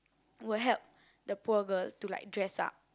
will help the poor girl to like dress up